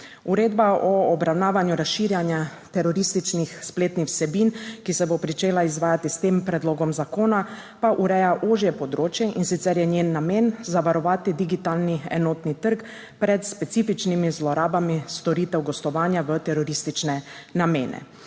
Uredba o obravnavanju razširjanja terorističnih spletnih vsebin, ki se bo začela izvajati s tem predlogom zakona, pa ureja ožje področje, in sicer je njen namen zavarovati digitalni enotni trg pred specifičnimi zlorabami storitev gostovanja v teroristične namene.